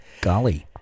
golly